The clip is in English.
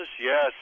Yes